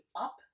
up